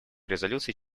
резолюций